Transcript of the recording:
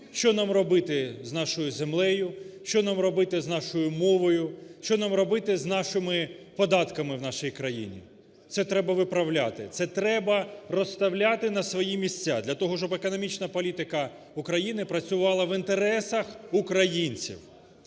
що нам робити з нашою землею, що нам робити з нашою мовою, що нам робити з нашими податками в нашій країні? Це треба виправляти, це треба розставляти на свої місця для того, щоб економічна політика України працювала в інтересах українців.